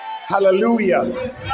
Hallelujah